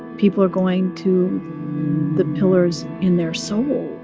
people are going to the pillars in their soul